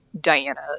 Diana